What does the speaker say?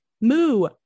Moo